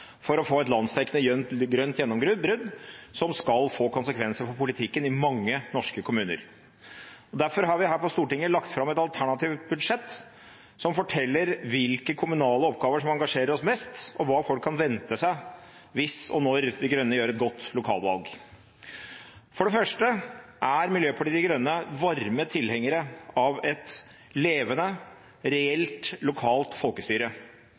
for å få et landsdekkende grønt gjennombrudd som skal få konsekvenser for politikken i mange norske kommuner. Derfor har vi her på Stortinget lagt fram et alternativt budsjett som forteller hvilke kommunale oppgaver som engasjerer oss mest, og hva folk kan vente seg hvis og når Miljøpartiet De Grønne gjør et godt lokalvalg. For det første er Miljøpartiet De Grønne varme tilhengere av et levende, reelt lokalt folkestyre.